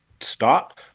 stop